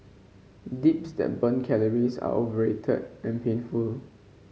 dips that burn calories are overrated and painful